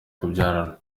kubyarana